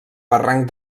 barranc